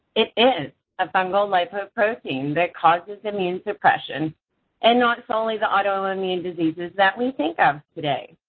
it is a fungal lipoprotein that causes immune suppression and not solely the autoimmune diseases that we think of today.